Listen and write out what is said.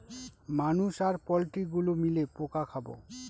মানুষ আর পোল্ট্রি গুলো মিলে পোকা খাবো